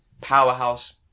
powerhouse